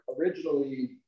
originally